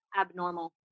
Abnormal